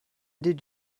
did